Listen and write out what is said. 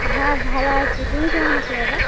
হ্যাঁ ভালো আছি তুমি কেমন আছো দাদা